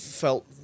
felt